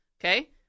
Okay